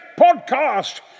Podcast